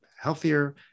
healthier